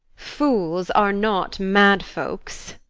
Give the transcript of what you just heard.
fools are not mad folks.